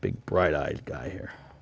big bright eyed guy here